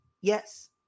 Yes